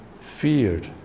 feared